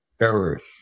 errors